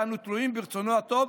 ואנו תלויים ברצונו הטוב